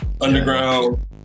underground